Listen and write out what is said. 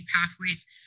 pathways